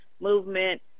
movement